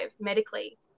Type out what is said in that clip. medically